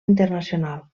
internacional